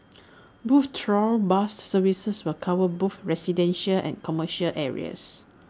both trial bus services will cover both residential and commercial areas